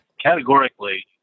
Categorically